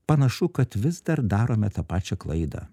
panašu kad vis dar darome tą pačią klaidą